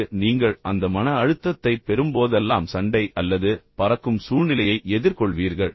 அங்கு நீங்கள் அந்த மன அழுத்தத்தைப் பெறும்போதெல்லாம் சண்டை அல்லது பறக்கும் சூழ்நிலையை எதிர்கொள்வீர்கள்